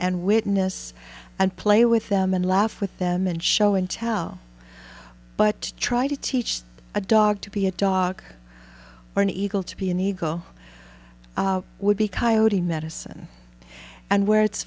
and witness and play with them and laugh with them and show and tell but try to teach a dog to be a dog or an eagle to be an eagle would be coyote medicine and where it's